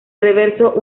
reverso